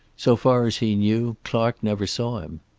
so far as he knew, clark never saw him.